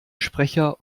sprecher